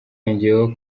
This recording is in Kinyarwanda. yongeyeho